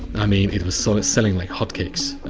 i mean, it was sort of selling like hot cakes.